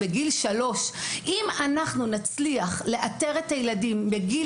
בגיל 3. אם אנחנו נצליח לאתר את הילדים בגיל